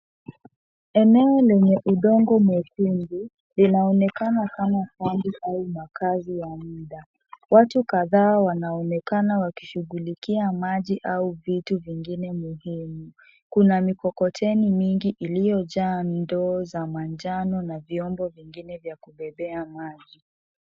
Eneo lenye udongo mwekundu inaonekana kama kambi au makazi wa muda. Watu kadhaa wanaonekana wakishughulikia maji au vitu vingine muhimu. Kuna mikokoteni mingi iliyojaa ndoo za manjano na vyombo vingine vya kubebea maji.